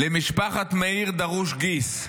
"למשפחת מאיר דרוש גיס.